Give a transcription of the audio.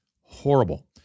horrible